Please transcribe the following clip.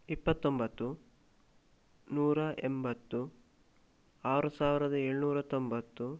ಇಪ್ಪತ್ತೊಂಬತ್ತು ನೂರ ಎಂಬತ್ತು ಆರು ಸಾವಿರದ ಏಳ್ನೂರ ತೊಂಬತ್ತು